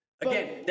Again